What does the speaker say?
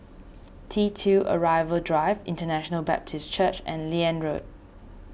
T two Arrival Drive International Baptist Church and Liane Road